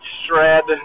shred